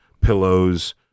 pillows